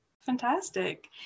Fantastic